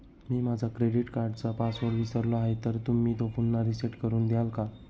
मी माझा क्रेडिट कार्डचा पासवर्ड विसरलो आहे तर तुम्ही तो पुन्हा रीसेट करून द्याल का?